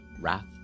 wrath